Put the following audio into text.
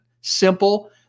Simple